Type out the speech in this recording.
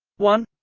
one